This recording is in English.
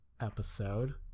episode